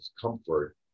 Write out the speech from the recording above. comfort